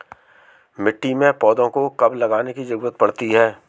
मिट्टी में पौधों को कब लगाने की ज़रूरत पड़ती है?